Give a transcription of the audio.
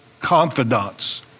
confidants